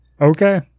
okay